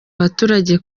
abaturage